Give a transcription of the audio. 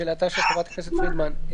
לשאלתה של חברת הכנסת פרידמן,